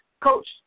Coach